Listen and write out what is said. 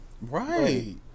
right